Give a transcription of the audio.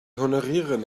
honorieren